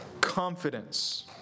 confidence